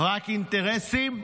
רק אינטרסים.